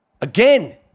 again